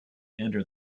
enter